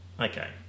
okay